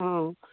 অঁ